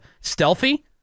stealthy